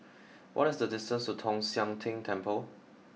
what is the distance to Tong Sian Tng Temple